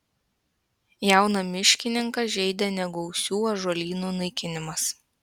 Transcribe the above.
jauną miškininką žeidė negausių ąžuolynų naikinimas